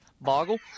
boggle